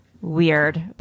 Weird